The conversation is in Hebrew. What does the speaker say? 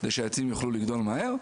כדי שהעצים יוכלו לגדול מהר,